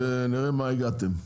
ונראה למה הגעתם.